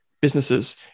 businesses